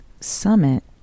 summit